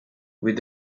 with